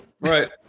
Right